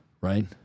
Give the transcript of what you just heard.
right